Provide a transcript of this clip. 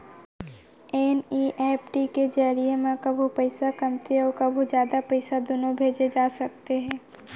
NEFT के जरिए म कभू पइसा कमती अउ कभू जादा पइसा दुनों भेजे जा सकते हे